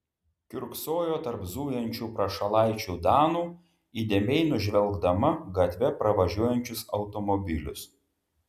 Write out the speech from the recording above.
kiurksojo tarp zujančių prašalaičių danų įdėmiai nužvelgdama gatve pravažiuojančius automobilius